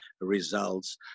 results